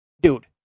Dude